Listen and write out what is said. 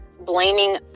blaming